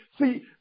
See